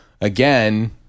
again